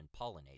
pollinate